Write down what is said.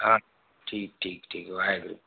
हा ठीकु ठीकु ठीकु वाहेगुरु